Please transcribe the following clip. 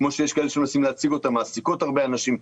כמו שיש כאלה שמנסים להציג אותן מעסיקות הרבה אנשים,